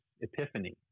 epiphany